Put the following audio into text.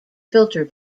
filter